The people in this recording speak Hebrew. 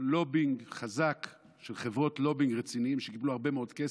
לובינג חזק של חברות לובינג רציניות שקיבלו הרבה מאוד כסף,